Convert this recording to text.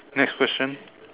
next question